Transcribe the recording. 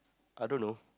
I don't know